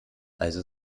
also